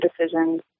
decisions